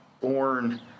born